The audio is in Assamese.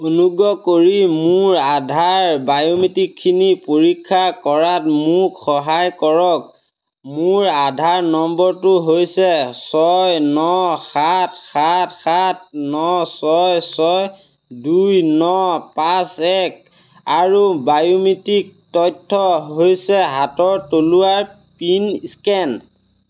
অনুগ্ৰহ কৰি মোৰ আধাৰ বায়োমেট্ৰিকখিনি পৰীক্ষা কৰাত মোক সহায় কৰক মোৰ আধাৰ নম্বৰটো হৈছে ছয় ন সাত সাত সাত ন ছয় ছয় দুই ন পাঁচ এক আৰু বায়োমেট্ৰিক তথ্য হৈছে হাতৰ তলুৱাৰ প্ৰিণ্ট স্কেন